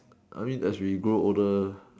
I mean as we grow older